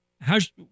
how's